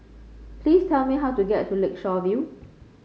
please tell me how to get to Lakeshore View